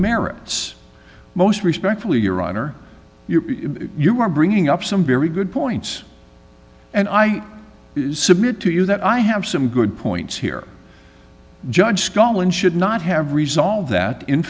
merits most respectfully your honor you are bringing up some very good points and i submit to you that i have some good points here judge scotland should not have resolved that in